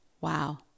wow